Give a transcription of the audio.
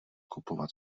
kupovat